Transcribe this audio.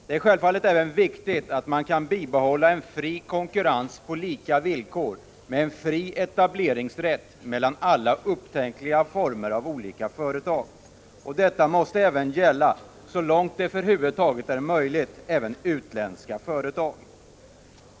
Det är självfallet även viktigt att man kan bibehålla en fri konkurrens på lika villkor och en fri etableringsrätt mellan alla upptänkliga former av företag. Detta måste så långt det över huvud taget är möjligt även gälla utländska företag.